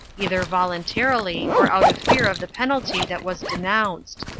either voluntarily, or out of fear of the penalty that was denounced.